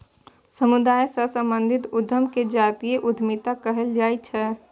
समुदाय सँ संबंधित उद्यम केँ जातीय उद्यमिता कहल जाइ छै